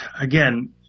again